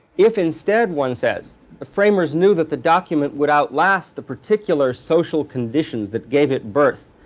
if instead, one says the framers knew that the document would outlast the particular social conditions that gave it birth,